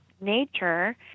nature